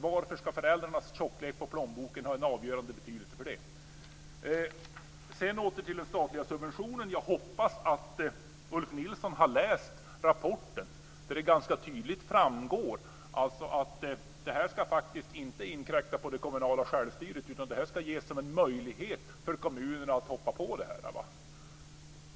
Varför ska tjockleken på föräldrarnas ha en avgörande betydelse för detta? Sedan åter till den statliga subventionen. Jag hoppas att Ulf Nilsson har läst rapporten. Där framgår det ganska tydligt att det här faktiskt inte ska inkräkta på det kommunala självstyret utan ges som en möjlighet. Det ska vara en möjlighet för kommunerna att hoppa på det här.